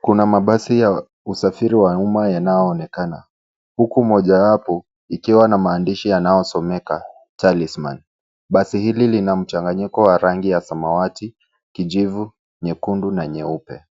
Kuna mabasi ya usafiri wa umma yanayoonekana, huku mmoja wapo ikiwa na maandishi yanayosomeka Talisman. Basi hili lina mchanganyiko wa rangi ya samawati, kijivu, nyekundu, na nyeupe.